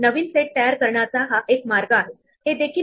list वापरण्याचा दुसरा पद्धतशीर मार्ग क्यू हा आहे